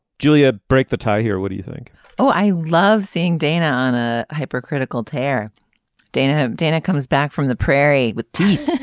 julia break the tie here what do you think oh i love seeing dana on a hypercritical tear dana um dana comes back from the prairie with teeth.